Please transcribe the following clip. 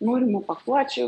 norimų pakuočių